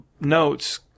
notes